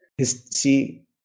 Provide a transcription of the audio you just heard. see